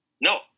No